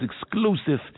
exclusive